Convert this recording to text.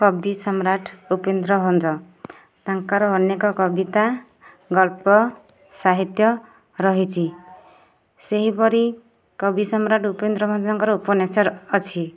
କବି ସମ୍ରାଟ ଉପେନ୍ଦ୍ର ଭଞ୍ଜ ତାଙ୍କର ଅନେକ କବିତା ଗଳ୍ପ ସାହିତ୍ୟ ରହିଛି ସେହିପରି କବି ସମ୍ରାଟ ଉପେନ୍ଦ୍ର ଭଞ୍ଜଙ୍କ ର ଉପନ୍ୟାସ ଅଛି